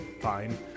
fine